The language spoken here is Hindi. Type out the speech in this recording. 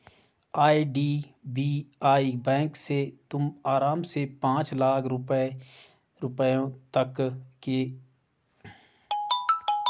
आई.डी.बी.आई बैंक से तुम आराम से पाँच लाख रुपयों तक के कृषि ऋण के लिए आवेदन कर सकती हो